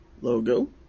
logo